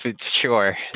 sure